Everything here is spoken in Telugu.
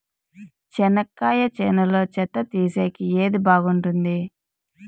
చెనక్కాయ చేనులో చెత్త తీసేకి ఏది బాగుంటుంది?